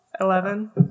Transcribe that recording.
Eleven